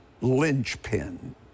linchpin